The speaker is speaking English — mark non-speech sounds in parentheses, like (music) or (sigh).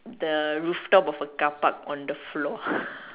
the rooftop of a car Park on the floor (laughs)